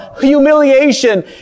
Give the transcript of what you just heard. Humiliation